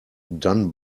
done